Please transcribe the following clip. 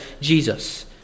Jesus